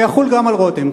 זה יחול גם על רותם,